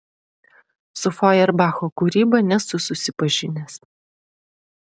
su fojerbacho kūryba nesu susipažinęs